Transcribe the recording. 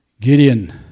Gideon